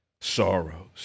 sorrows